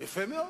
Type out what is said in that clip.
יפה מאוד,